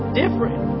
different